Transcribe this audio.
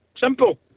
simple